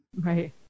Right